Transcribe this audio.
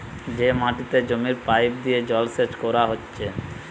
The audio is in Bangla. যে মাটিতে জমির পাইপ দিয়ে জলসেচ কোরা হচ্ছে